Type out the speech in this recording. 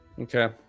okay